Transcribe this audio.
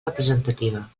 representativa